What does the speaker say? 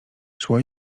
szło